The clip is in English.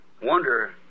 wonder